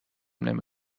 نمی